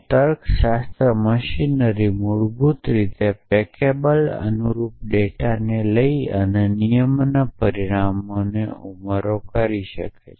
તર્કશાસ્ત્ર મશીનરી મૂળભૂત રીતે પેકેબલ અને અનુરૂપ ડેટા ને લઈ અને નિયમના પરિણામે ઉમેરો કરે છે